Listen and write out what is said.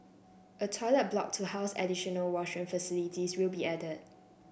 a toilet block to house additional washroom facilities will be added